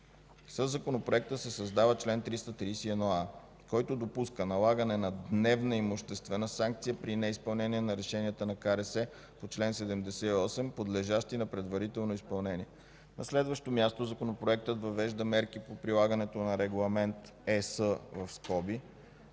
Със Законопроекта се създава чл. 331а, който допуска налагане на дневна имуществена санкция при неизпълнение на решения на КРС по чл. 78, подлежащи на предварително изпълнение. На следващо място Законопроектът въвежда мерки по прилагането на Регламент (ЕС) №